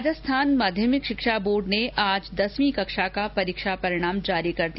राजस्थान माध्यमिक शिक्षा बोर्ड ने आज दसवीं कक्षा का परीक्षा परिणाम जारी कर दिया